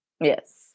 Yes